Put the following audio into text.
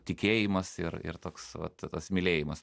tikėjimas ir ir toks vat tas mylėjimas